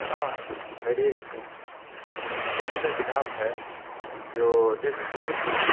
ہاں میری ایک پسندیدہ کتاب ہے جو ابنِ صفی کی ہے